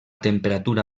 temperatura